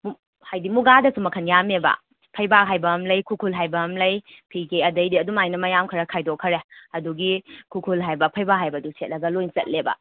ꯍꯥꯏꯗꯤ ꯃꯨꯒꯥꯗꯁꯨ ꯃꯈꯜ ꯌꯥꯝꯃꯦꯕ ꯐꯩꯕꯥꯛ ꯍꯥꯏꯕ ꯑꯃ ꯂꯩ ꯈꯨꯔꯈꯨꯜ ꯍꯥꯏꯕ ꯑꯃ ꯂꯩ ꯐꯤꯒꯦ ꯑꯗꯩꯗꯤ ꯑꯗꯨꯝ ꯍꯥꯏꯅ ꯃꯌꯥꯝ ꯈꯔ ꯈꯥꯏꯗꯣꯛꯈ꯭ꯔꯦ ꯑꯗꯨꯒꯤ ꯈꯨꯔꯈꯨꯜ ꯍꯥꯏꯕ ꯐꯩꯕꯥꯛ ꯍꯥꯏꯕꯗꯨ ꯁꯦꯠꯂꯒ ꯂꯣꯏ ꯆꯠꯂꯦꯕ